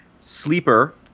Sleeper